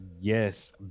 Yes